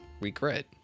regret